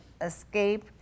escape